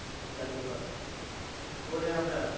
ঠিক আছে চল বলে আমরা